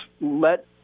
let